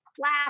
clap